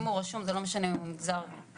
אם הוא רשום זה לא משנה אם הוא ממגזר כלשהו,